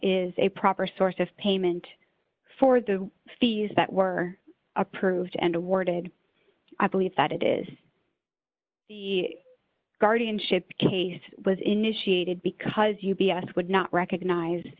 is a proper source of payment for the fees that were approved and awarded i believe that it is the guardianship case was initiated because u b s would not recognize